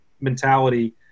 mentality